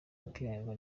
ipiganirwa